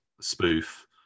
spoof